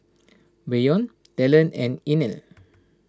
Bryon Talen and Inell